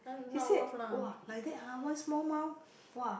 she said !wah! like that !huh! one small mouth !wah!